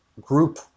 group